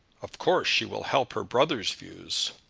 of course she will help her brother's views.